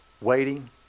waiting